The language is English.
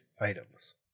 items